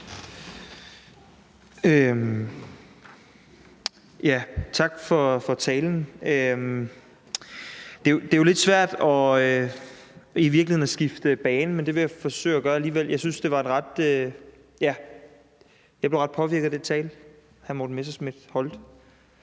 i virkeligheden lidt svært at skifte bane, men jeg vil forsøge at gøre det alligevel. Jeg blev ret påvirket af den tale, hr. Morten Messerschmidt holdt